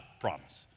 promise